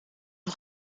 een